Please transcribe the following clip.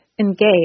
Engage